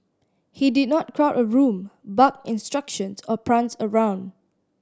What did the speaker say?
he did not crowd a room bark instructions or prance around